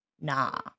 nah